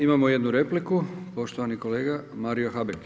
Imamo jednu repliku, poštovani kolega Mario Habek.